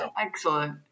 excellent